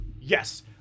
yes